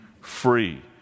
free